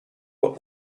were